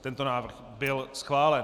Tento návrh byl schválen.